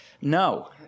no